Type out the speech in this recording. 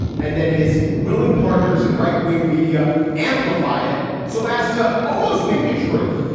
and then his willing partners in right wing media amplify it so as to almost make it true,